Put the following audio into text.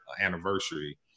anniversary